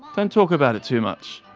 don't talk about it too much,